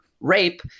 rape